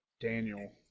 Daniel